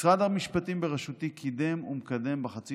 משרד המשפטים בראשותי קידם ומקדם בחצי